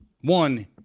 one